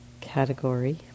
category